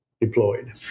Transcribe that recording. deployed